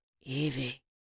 Evie